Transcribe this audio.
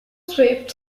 swift